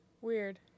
Weird